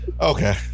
Okay